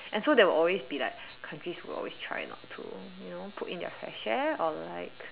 and so there will always be like countries who will always try not to you know put in their fair share or like